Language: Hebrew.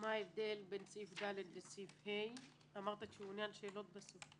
מה ההבדל בין סעיפים (ד) ל-(ה) אמרת שיענה על שאלות בסוף.